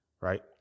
right